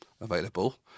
Available